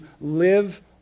live